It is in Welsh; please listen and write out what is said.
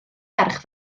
ferch